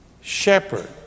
shepherd